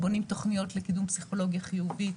בונים תוכניות לקידום פסיכולוגי חיובי,